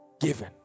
given